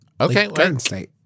Okay